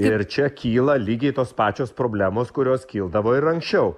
ir čia kyla lygiai tos pačios problemos kurios kildavo ir anksčiau